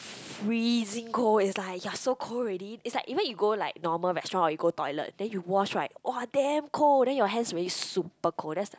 freezing cold it's like you're so cold already it's like even you go like normal restaurant or you go toilet then you wash right !wah! damn cold then your hands already super cold that's the